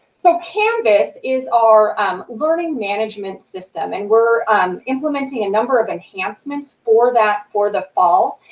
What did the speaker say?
so canvas is our learning management system and we're implementing a number of enhancements for that for the fall.